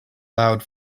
loud